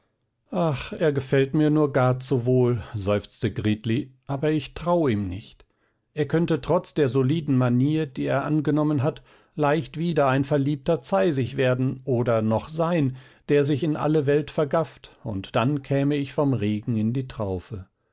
ach er gefällt mir nur gar zu wohl seufzte gritli aber ich trau ihm nicht er könnte trotz der soliden manier die er angenommen hat leicht wieder ein verliebter zeisig werden oder noch sein der sich in alle welt vergafft und dann käme ich vom regen in die traufe